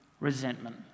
Resentment